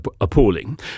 appalling